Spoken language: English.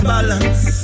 balance